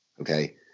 okay